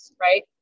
right